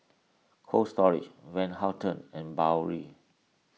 Cold Storage Van Houten and Biore